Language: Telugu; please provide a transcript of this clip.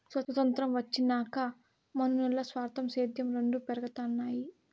సొతంత్రం వచ్చినాక మనునుల్ల స్వార్థం, సేద్యం రెండు పెరగతన్నాయి